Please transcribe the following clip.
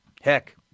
Heck